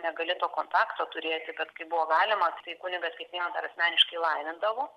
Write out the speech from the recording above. negali to kontakto turėti bet kai buvo galima tai kunigas kiekvieną dar asmeniškai laimindavo